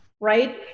right